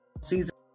season